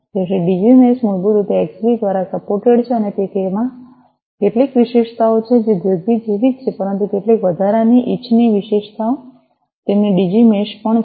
તેથી DigiMesh મૂળભૂત રીતે એક્સબી દ્વારા સપોર્ટેડ છે અને તેમાં કેટલીક વિશેષતાઓ છે જે જીગબી જેવી જ છે પરંતુ કેટલીક વધારાની ઇચ્છનીય વિશેષતાઓ તેમની ડિજી મેશ પણ છે